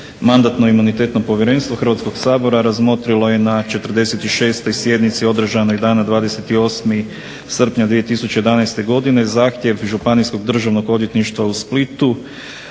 Mandatno-imunitetno povjerenstvo Hrvatskog sabora razmotrilo je na 48. sjednici održanoj dana 26. rujna 2011. godine zahtjev Državnog odvjetništva, Ureda